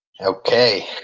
Okay